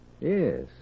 Yes